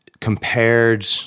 compared